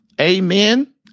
Amen